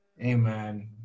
Amen